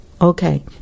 Okay